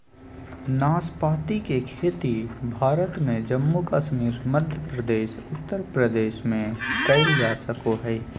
नाशपाती के खेती भारत में जम्मू कश्मीर, मध्य प्रदेश, उत्तर प्रदेश में कइल जा सको हइ